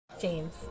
James